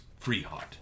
Freeheart